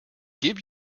give